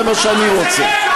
זה מה שאני רוצה.